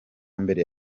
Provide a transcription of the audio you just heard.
mbere